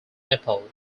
nepal